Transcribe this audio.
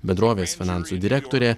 bendrovės finansų direktorė